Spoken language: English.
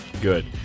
Good